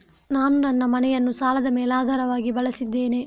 ನಾನು ನನ್ನ ಮನೆಯನ್ನು ಸಾಲದ ಮೇಲಾಧಾರವಾಗಿ ಬಳಸಿದ್ದೇನೆ